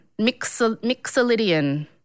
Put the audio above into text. mixolydian